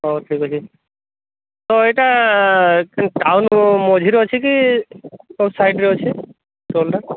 ହଉ ଠିକ ଅଛି ହଁ ଏଟା ଟାଉନ୍ ମଝିରେ ଅଛି କି କଉ ସାଇଟ୍ରେ ଅଛି ଷ୍ଟଲ୍ଟା